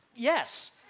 Yes